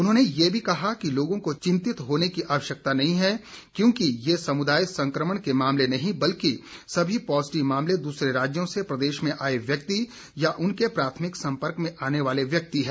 उन्होंने ये भी कहा कि लोगों को चिंतित होने की आवश्यकता नहीं है क्योंकि ये समुदाय संक्रमण के मामले नहीं हैं बल्कि सभी पॉजिटिव मामले दूसरे राज्यों से प्रदेश में आए व्यक्ति या उनके प्राथमिक संपर्क में आने वाले व्यक्ति हैं